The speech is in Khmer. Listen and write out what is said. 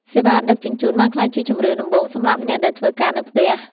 សេវាដឹកជញ្ជូន បានក្លាយជាជម្រើសដំបូងសម្រាប់អ្នកដែលធ្វើការនៅផ្ទះ។